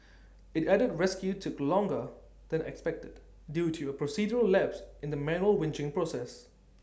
IT added rescue took longer than expected due to A procedural lapse in the manual winching process